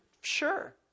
Sure